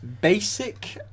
Basic